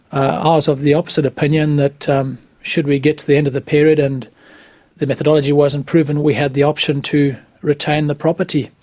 ah so of the opposite opinion, that um should we get to the end of the period and the methodology wasn't proven, we had the option to retain the property.